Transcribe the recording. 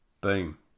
boom